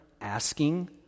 asking